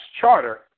Charter